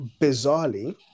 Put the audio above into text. bizarrely